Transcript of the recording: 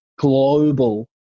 global